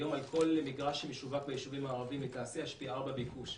היום על כל מגרש שמשווק ביישובים הערביים לתעשייה יש פי 4 ביקוש.